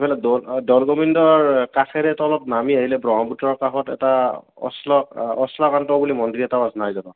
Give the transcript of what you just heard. সেইফালে দৌল দৌল গোবিন্দৰ কাষেৰে তলত নামি আহিলে ব্ৰহ্মপুত্ৰৰ কাষত এটা অশ্ল অশ্বক্লান্ত বুলি মন্দিৰ এটাও নাই জানোঁ